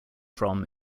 from